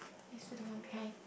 there is still the one behind